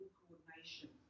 coordination